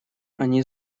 они